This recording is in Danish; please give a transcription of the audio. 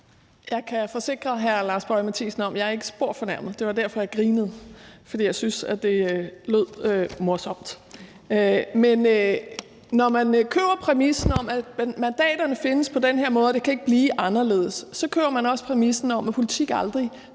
Boje Mathiesen om, at jeg ikke er spor fornærmet. Jeg syntes, at det lød morsomt – det var derfor, jeg grinede. Men når man køber præmissen om, at mandaterne findes på den her måde, og at det ikke kan blive anderledes, så køber man også præmissen om, at politik aldrig